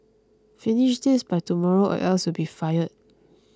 finish this by tomorrow or else you'll be fired